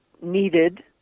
needed